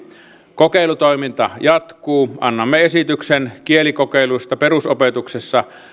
kokeilutoiminta jatkuu annamme esityksen kielikokeilusta perusopetuksessa